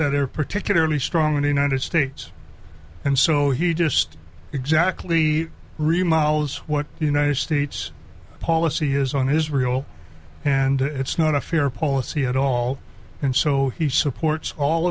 that are particularly strong in the united states and so he just exactly remodels what united states policy has on his real and it's not a fair policy at all and so he supports all